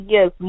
Yes